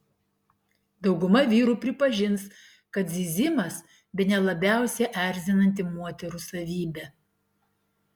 dauguma vyrų pripažins kad zyzimas bene labiausiai erzinanti moterų savybė